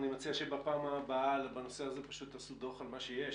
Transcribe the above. אני מציע שבפעם הבאה תעשו דוח על מה שיש,